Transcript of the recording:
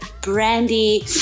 Brandy